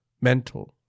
mental